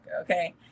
okay